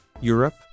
Europe